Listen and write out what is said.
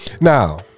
Now